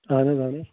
اہن حظ اہن حظ